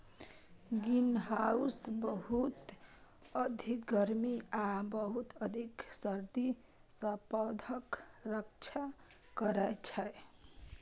greenhouse बहुत अधिक गर्मी आ बहुत अधिक सर्दी सं पौधाक रक्षा करै छै